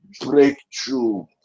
breakthrough